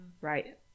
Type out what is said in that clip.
Right